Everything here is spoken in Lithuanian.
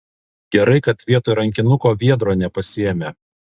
gerai kad vietoj rankinuko viedro nepasiėmė